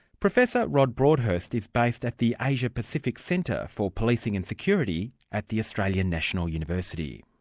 professor rod broadhurst is based at the asia-pacific centre for policing and security at the australian national university.